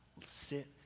sit